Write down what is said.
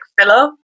filler